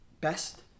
Best